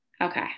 Okay